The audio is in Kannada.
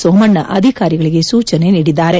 ಸೋಮಣ್ಣ ಅಧಿಕಾರಿಗಳಿಗೆ ಸೂಚನೆ ನೀಡಿದ್ದಾರೆ